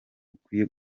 bukwiye